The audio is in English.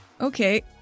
Okay